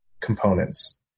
components